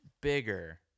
bigger